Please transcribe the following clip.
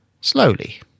slowly